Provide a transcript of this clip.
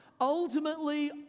Ultimately